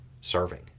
serving